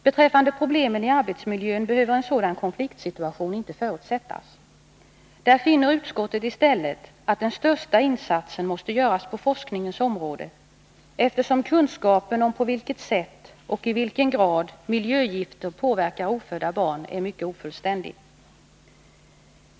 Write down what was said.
Beträffande problemen i arbetsmiljön behöver en sådan konfliktsituation inte förutsättas. Där finner utskottet i stället att den största insatsen måste göras på forskningens område, eftersom kunskapen om på vilket sätt och i vilken grad miljögifter påverkar ofödda barn är mycket ofullständig.